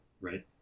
right